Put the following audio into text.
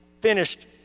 finished